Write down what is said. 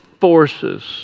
forces